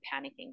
panicking